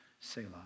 Selah